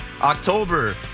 October